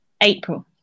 April